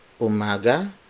umaga